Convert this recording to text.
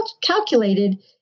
calculated